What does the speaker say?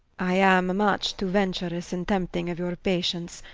i am much too venturous in tempting of your patience,